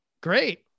Great